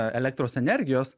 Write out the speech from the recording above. elektros energijos